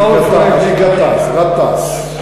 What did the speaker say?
באסל ע'טאס.